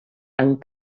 amb